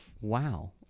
Wow